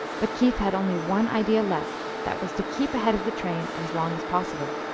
but keith had only one idea left that was to keep ahead of the train as long as possible.